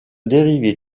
dérivé